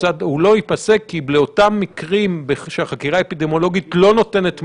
הוא לא ייפסק כי לאותם מקרים שהחקירה האפידמיולוגית לא נותנת מענה,